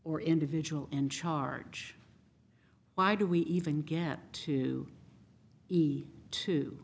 or individual in charge why do we even get to be too